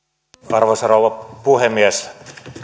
arvoisa rouva puhemies